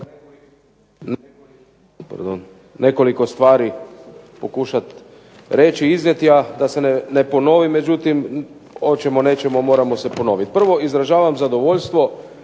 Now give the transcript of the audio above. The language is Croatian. Nekoliko stvari pokušat ću reći, iznijeti, a da se ne ponovim. Međutim, hoćemo nećemo moramo se ponovit. Prvo, izražavam zadovoljstvo